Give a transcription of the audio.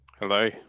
hello